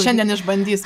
šiandien išbandys